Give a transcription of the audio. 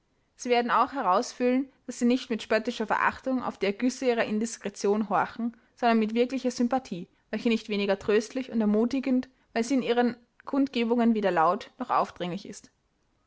sie werden auch herausfühlen daß sie nicht mit spöttischer verachtung auf die ergüsse ihrer indiskretion horchen sondern mit wirklicher sympathie welche nicht weniger tröstlich und ermutigend weil sie in ihren kundgebungen weder laut noch aufdringlich ist